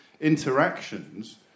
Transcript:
interactions